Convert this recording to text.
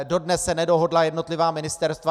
Dodnes se nedohodla jednotlivá ministerstva.